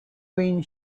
when